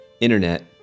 internet